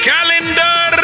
Calendar